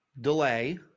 Delay